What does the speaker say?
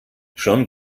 schon